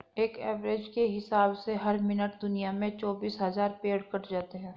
एक एवरेज के हिसाब से हर मिनट दुनिया में चौबीस हज़ार पेड़ कट जाते हैं